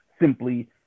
simply